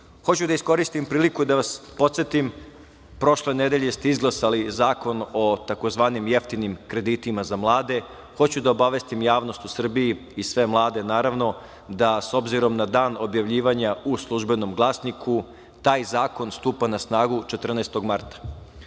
da iskoristim priliku da vas podsetim, prošle nedelje ste izglasali Zakon o tzv. jeftinim kreditima za mlade, hoću da obavestim javnost u Srbiji i sve mlade naravno, da s obzirom da na dan objavljivanja u „Službenom glasniku“ taj zakon stupa na snagu 14. marta.